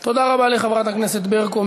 תודה רבה לחברת הכנסת ברקו.